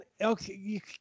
okay